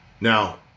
Now